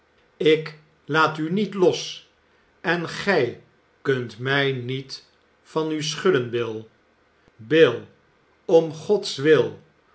ik laat u niet los en gij kunt mij niet van u schudden bill l bill om gods wil